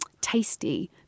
tasty